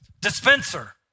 dispenser